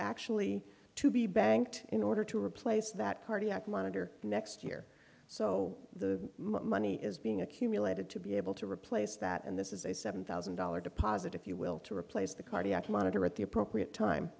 actually to be banked in order to replace that cardiac monitor next year so the money is being accumulated to be able to replace that and this is a seven thousand dollars deposit if you will to replace the cardiac monitor at the appropriate time